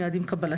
מיד עם קבלתה."